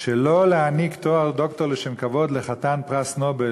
שלא להעניק תואר דוקטור לשם כבוד לחתן פרס נובל